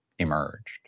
emerged